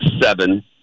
seven